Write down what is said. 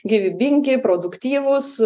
gyvybingi produktyvūs